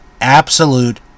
absolute